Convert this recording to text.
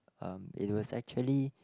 um it was actually